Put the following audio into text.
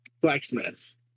Blacksmith